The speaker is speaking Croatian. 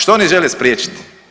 Što oni žele spriječiti?